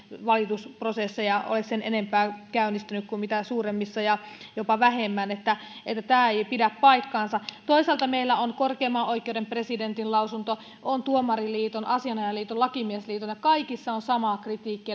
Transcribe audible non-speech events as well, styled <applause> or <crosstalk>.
valitusprosesseja ole sen enempää käynnistynyt kuin suuremmissa jopa vähemmän niin että tämä ei pidä paikkaansa toisaalta meillä on korkeimman oikeiden presidentin lausunto on tuomariliiton asianajajaliiton lakimiesliiton ja kaikissa on sama kritiikki <unintelligible>